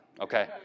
okay